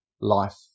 life